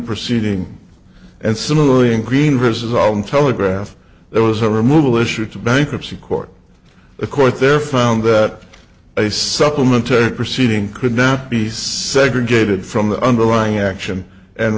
proceeding and similarly in cream versus on telegraph there was a removal issue to bankruptcy court a court there found that a supplementary proceeding could now be segregated from the underlying action and